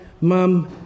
Mum